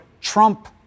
Trump